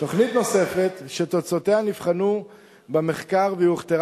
תוכנית נוספת שתוצאותיה נבחנו במחקר והוכתרה